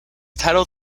titled